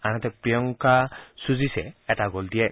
আনহাতে প্ৰিয়ংকা ছুজিশে এটা গল দিয়ে